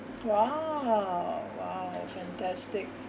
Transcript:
!wow! !wow! fantastic